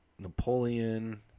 Napoleon